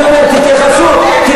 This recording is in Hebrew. אני